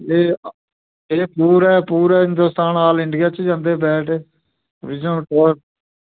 एह् पूरा Hindostan all India च जंदे बैट